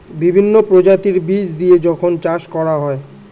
বিভিন্ন প্রজাতির বীজ দিয়ে যখন চাষ করা হয়